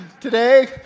today